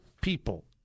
people